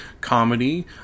comedy